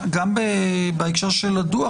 גם בהקשר של הדוח,